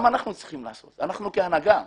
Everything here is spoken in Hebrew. גם אנחנו צריכים לעשות, אנחנו כהנהגה.